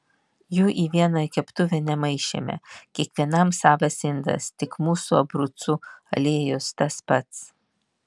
jų į vieną keptuvę nemaišėme kiekvienam savas indas tik mūsų abrucų aliejus tas pats